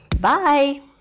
Bye